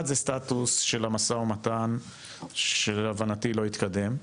אחד, זה סטטוס של המשא ומתן, שלהבנתי לא התקדם.